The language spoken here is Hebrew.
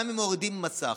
גם אם מורידים מסך,